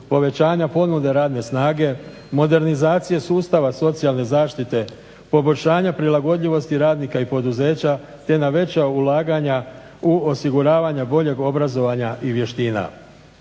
povećanja ponude radne snage, modernizacije sustava socijalne zaštite, poboljšanja prilagodljivosti radnika i poduzeća te na veća ulaganja u osiguravanju boljeg obrazovanja i vještina.